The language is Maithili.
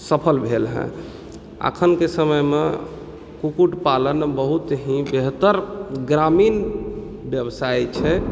सफल भेल हँ अखनके समयमे कुक्कुट पालन बहुत ही बेहतर ग्रामीण व्यवसाय छै